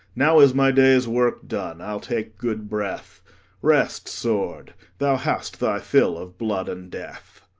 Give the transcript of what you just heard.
now is my day's work done i'll take good breath rest, sword thou hast thy fill of blood and death!